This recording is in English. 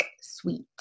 Sweet